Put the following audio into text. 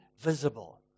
visible